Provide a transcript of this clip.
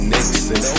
Nixon